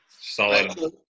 Solid